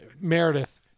Meredith